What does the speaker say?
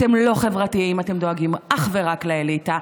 אתם לא חברתיים, אתם דואגים אך ורק לאליטה.